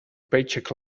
paycheck